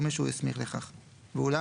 אני אקריא עד